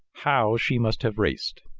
how she must have raced!